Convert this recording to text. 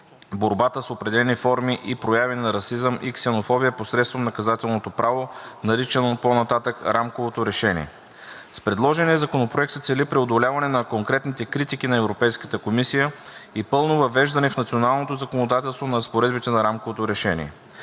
борбата с определени форми и прояви на расизъм и ксенофобия посредством наказателното право, наричано по-нататък „Рамковото решение“. С предложения законопроект се цели преодоляване на конкретните критики на Европейската комисия и пълно въвеждане в националното законодателство на разпоредбите на Рамковото решение.